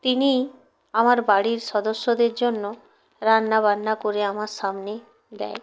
তিনি আমার বাড়ির সদস্যদের জন্য রান্নাবান্না করে আমার সামনে দেয়